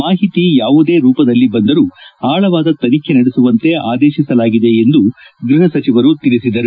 ಮಾಹಿತಿ ಯಾವುದೇ ರೂಪದಲ್ಲಿ ಬಂದರೂ ಆಳವಾದ ತನಿಖೆ ನಡೆಸುವಂತೆ ಆದೇತಿಸಲಾಗಿದೆ ಎಂದು ಗ್ಲಹ ಸಚಿವರು ತಿಳಿಸಿದರು